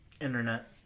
Internet